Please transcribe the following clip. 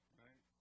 right